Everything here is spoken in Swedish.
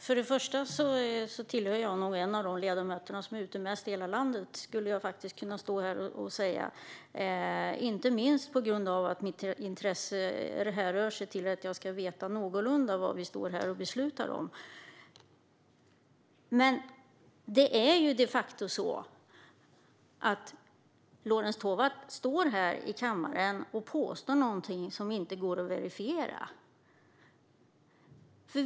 Herr talman! Jag tillhör nog de ledamöter som är ute mest i hela landet, skulle jag faktiskt kunna stå här och säga. Inte minst härrör mitt intresse för detta från att jag vill veta någorlunda vad vi står här och beslutar om. Men det är de facto så att Lorentz Tovatt står här i kammaren och påstår någonting som inte går att verifiera.